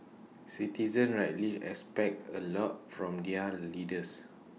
citizens rightly expect A lot from their leaders